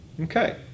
Okay